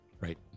right